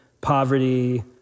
poverty